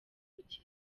buke